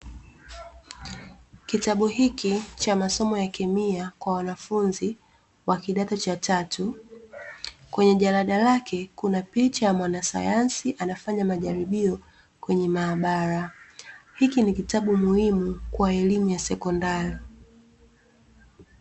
Kitabu hiki cha masomo ya kemia kwa wanafunzi wa kidato cha tatu, kwenye jalada lake kuna picha ya mwanasayansi anafanya majaribio kwenye maabara. Hiki ni kitabu muhimu kwa elimu ya sekondari.